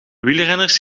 wielrenners